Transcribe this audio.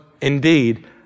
indeed